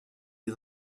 des